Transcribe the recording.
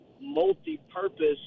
multi-purpose